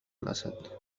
الأسد